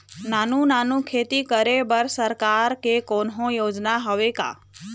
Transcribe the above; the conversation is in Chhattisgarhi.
नानू नानू खेती करे बर सरकार के कोन्हो योजना हावे का?